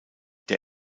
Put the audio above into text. der